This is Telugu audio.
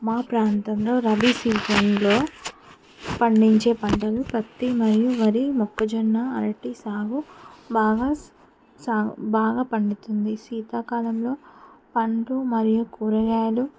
మా ప్రాంతంలో రబీ సీజన్లో పండించే పంటలు పత్తి మరియు వరి మొక్కజొన్న అరటి సాగు బాగా సాగు బాగా పండుతుంది శీతాకాలంలో పండ్లు మరియు కూరగాయలు